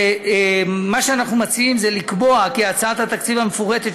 מה שאנחנו מציעים זה לקבוע כי הצעת התקציב המפורטת